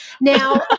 Now